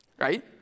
right